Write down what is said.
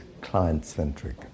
client-centric